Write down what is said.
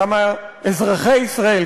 כמה אזרחי ישראל?